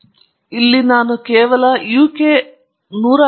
ಇಲ್ಲಿ ನಾನು ಕೇವಲ ಯುಕೆ 151 ರಿಂದ 201 ರವರೆಗೆ ಹೇಳಬಹುದು